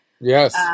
Yes